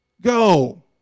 go